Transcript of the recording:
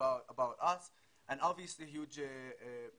האמירויות וישראל ואנחנו מקווים שבקרוב גם סעודיה,